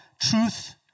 truth